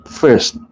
first